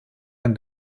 and